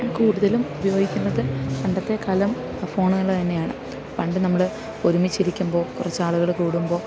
കൂടുതലും ഉപയോഗിക്കുന്നത് പണ്ടത്തെക്കാലം ഫോണുകൾ തന്നെയാണ് പണ്ട് നമ്മൾ ഒരുമിച്ചിരിക്കുമ്പോൾ കുറച്ചാളുകൾ കൂടുമ്പോൾ